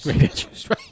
right